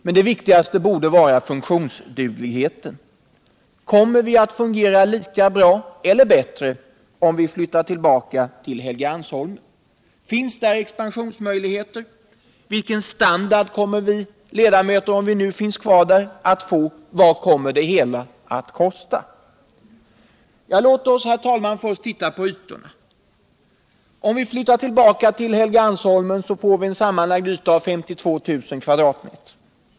Men det viktigaste borde vara funktionsdugligheten. Kommer vi att fungera lika bra eller bättre om vi flyttar tillbaka till Helgeandsholmen? Finns där expansionsmöjligheter? Vilken standard kommer ledamöterna att få? Vad kommer det hela att kosta? Låt oss först titta på ytorna. Om vi flyttar tillbaka till Helgeandsholmen får vi en sammanlagd yta om 52 000 m?.